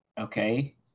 okay